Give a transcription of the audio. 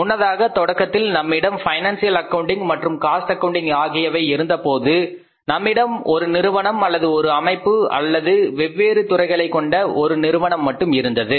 முன்னதாக தொடக்கத்தில் நம்மிடம் பைனான்சியல் அக்கவுண்டிங் மற்றும் காஸ்ட் அக்கவுன்டிங் ஆகியவை இருந்தபோது நம்மிடம் ஒரு நிறுவனம் அல்லது ஒரு அமைப்பு அல்லது வெவ்வேறு துறைகளைக் கொண்ட ஒரு நிறுவனம் மட்டும் இருந்தது